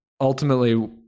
ultimately